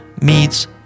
meets